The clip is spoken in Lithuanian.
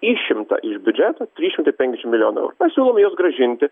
išimta iš biudžeto trys šimtai penkiasdešimt milijonų eurų siūlome juos grąžinti